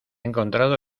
encontrado